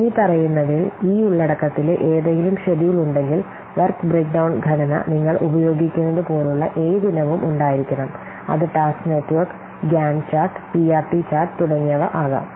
ഇനിപ്പറയുന്നവയിൽ ഈ ഉള്ളടക്കത്തിലെ ഏതെങ്കിലും ഷെഡ്യൂൾ ഉണ്ടെങ്കിൽ വർക്ക് ബ്രേക്ക് ഡൌൺ ഘടന നിങ്ങൾ ഉപയോഗിക്കുന്നതുപോലുള്ള ഏത് ഇനവും ഉണ്ടായിരിക്കണം അത് task network Gantt chart PERT chart തുടങ്ങിയവ ആകാം